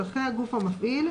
צרכי הגוף המפעיל,